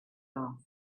off